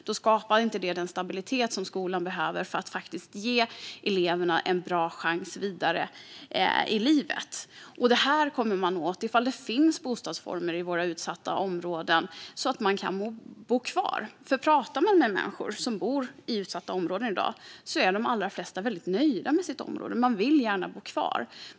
Då skapas inte den stabilitet som behövs i skolan för att man ska ge eleverna en bra chans vidare i livet. Det kommer vi åt ifall det finns bostadsformer i de utsatta områdena som innebär att man kan bo kvar. När vi pratar med människor som bor i utsatta områden i dag är de allra flesta väldigt nöjda med sitt område och vill gärna bo kvar.